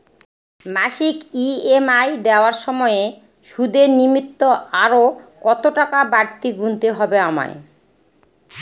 মাসিক ই.এম.আই দেওয়ার সময়ে সুদের নিমিত্ত আরো কতটাকা বাড়তি গুণতে হবে আমায়?